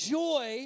joy